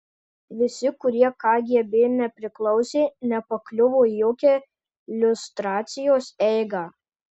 visi kurie kgb nepriklausė nepakliuvo į jokią liustracijos eigą